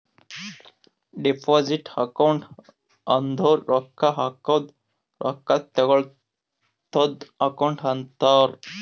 deposit account ಅಂದುರ್ ರೊಕ್ಕಾ ಹಾಕದ್ ರೊಕ್ಕಾ ತೇಕ್ಕೋಳದ್ ಅಕೌಂಟ್ ಅಂತಾರ್